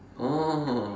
oh